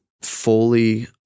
fully